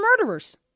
murderers